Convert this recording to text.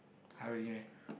!huh! really meh